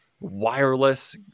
wireless